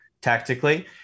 tactically